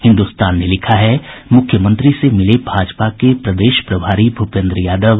हिन्दुस्तान ने लिखा है मुख्यमंत्री से मिले भाजपा के प्रदेश प्रभारी भूपेन्द्र यादव